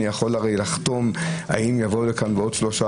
אני יכול הרי לחתום אם יבוא לכאן בעוד שלושה